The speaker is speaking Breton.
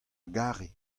gare